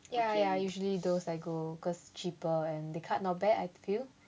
ya ya usually those I go cause cheaper and they cut not bad I feel